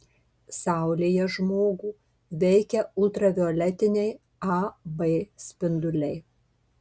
saulėje žmogų veikia ultravioletiniai a b spinduliai